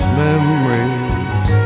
memories